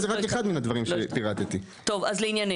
בעיניי